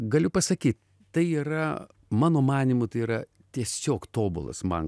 galiu pasakyt tai yra mano manymu tai yra tiesiog tobulas man